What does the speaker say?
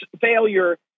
failure